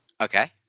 Okay